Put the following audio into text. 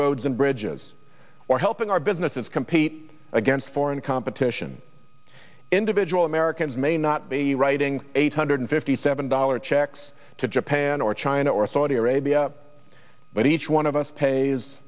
roads and bridges or helping our businesses compete against foreign competition individual americans may not be writing eight hundred fifty seven dollar checks to japan or china or saudi arabia but each one of us pay